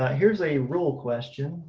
ah here's a rule question.